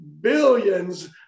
billions